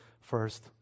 first